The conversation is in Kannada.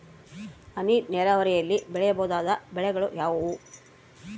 ಹನಿ ನೇರಾವರಿಯಲ್ಲಿ ಬೆಳೆಯಬಹುದಾದ ಬೆಳೆಗಳು ಯಾವುವು?